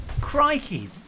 Crikey